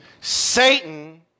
Satan